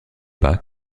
pas